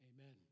Amen